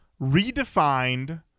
Redefined